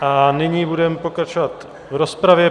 A nyní budeme pokračovat v rozpravě.